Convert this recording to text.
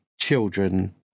children